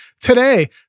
today